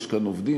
יש כאן עובדים,